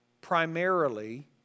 primarily